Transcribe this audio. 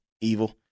evil